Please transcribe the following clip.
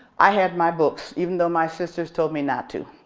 i had my books, even though my sisters told me not to.